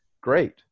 great